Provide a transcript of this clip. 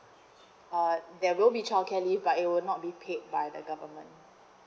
uh there will be childcare leave but it will not be paid by the government